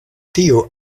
tiu